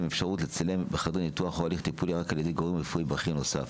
האפשרות לצלם בחדרי ניתוח או חדרי טיפולים ע"י גורם רפואי נוסף.